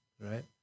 right